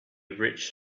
rich